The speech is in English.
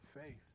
faith